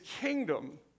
kingdom